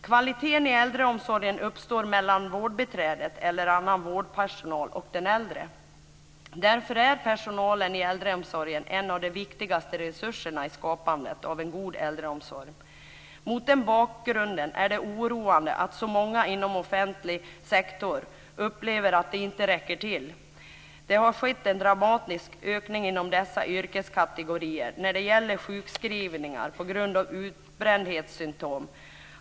Kvaliteten i äldreomsorgen uppstår mellan vårdbiträdet eller annan vårdpersonal och den äldre. Därför är personalen i äldreomsorgen en av de viktigaste resurserna i skapandet av en god äldreomsorg. Mot den bakgrunden är det oroande att så många inom offentlig sektor upplever att de inte räcker till. Det har skett en dramatisk ökning inom dessa yrkeskategorier av sjukskrivningar på grund av utbrändhetssymtom.